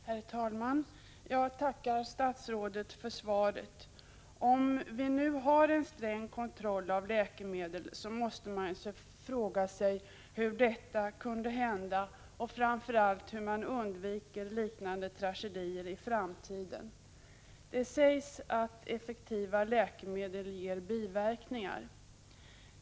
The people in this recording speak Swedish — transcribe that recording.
Herr talman! Jag tackar statsrådet för svaret. Om vi nu har en sträng kontroll av läkemedel måste man fråga sig hur detta kunde hända och framför allt hur man undviker liknande tragedier i framtiden. Det sägs att effektiva läkemedel ger biverkningar.